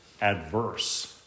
adverse